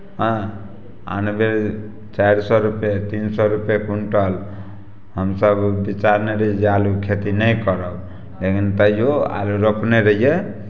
हँ आन बेर चारि सए रुपैए तीन सए रुपैए कुण्टल हमसभ विचारने रही जे आलूके खेती नहि करब लेकिन तैओ आलू रोपने रहियै